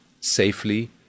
safely